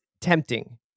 tempting